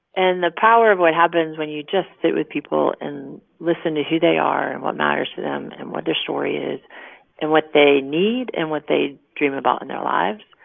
and the power of what happens when you just sit with people and listen to who they are and what matters to them and what their story is and what they need and what they dream about in their lives,